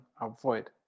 avoid